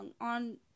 on